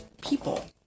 people